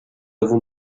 avons